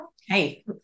Hey